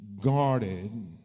guarded